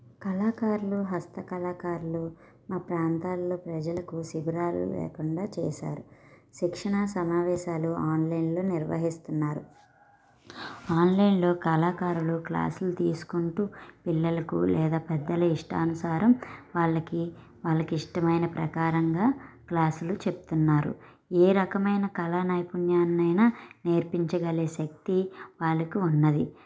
కళాకారులు హస్త కళాకారులు మా ప్రాంతాల్లో ప్రజలకు శిబిరాలు లేకుండా చేశారు శిక్షణ సమావేశాలు ఆన్లైన్లో నిర్వహిస్తున్నారు ఆన్లైన్లో కళాకారులు క్లాసులు తీసుకుంటూ పిల్లలకు లేదా పెద్దలు ఇష్టానుసారం వాళ్ళకి వాళ్ళకి ఇష్టమైన ప్రకారంగా క్లాసులు చెప్తున్నారు ఏ రకమైన కళా నైపుణ్యాన్ని అయినా నేర్పించగల శక్తి వాళ్ళకి ఉన్నది